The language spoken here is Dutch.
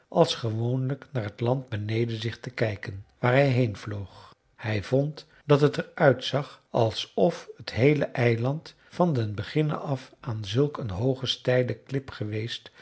als gewoonlijk naar t land beneden zich te kijken waar hij heen vloog hij vond dat het er uitzag alsof het heele eiland van den beginne af aan zulk een hooge steile klip geweest